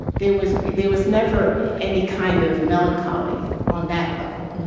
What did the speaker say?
there was there was never any kind of melancholy on that level.